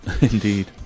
indeed